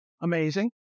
amazing